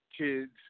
Kids